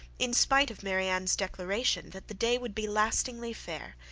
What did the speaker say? in spite of marianne's declaration that the day would be lastingly fair,